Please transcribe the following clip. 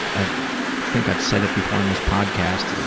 i think i've said it before on this podcast.